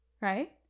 right